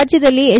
ರಾಜ್ಯದಲ್ಲಿ ಎಚ್